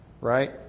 right